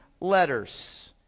letters